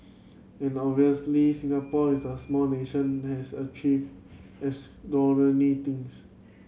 and obviously Singapore is a small nation that has achieved extraordinary things